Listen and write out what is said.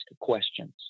questions